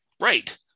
Right